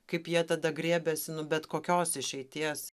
kaip jie tada griebiasi nu bet kokios išeities